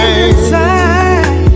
inside